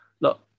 look